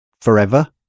forever